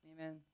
Amen